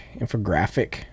infographic